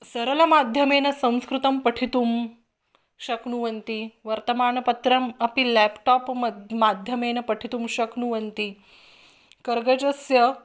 सरलमाध्यमेन संस्कृतं पठितुं शक्नुवन्ति वर्तमानपत्रम् अपि लेप्टाप् मद् माध्यमेन पठितुं शक्नुवन्ति कर्गजस्य